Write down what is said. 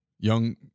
Young